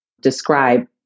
describe